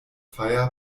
fire